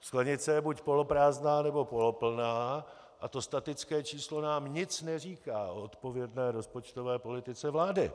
Sklenice je buď poloprázdná, nebo poloplná a to statické číslo nám nic neříká o odpovědné rozpočtové politice vlády.